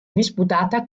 disputata